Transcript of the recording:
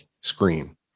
screen